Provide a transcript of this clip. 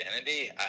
identity